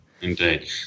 Indeed